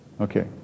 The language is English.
Okay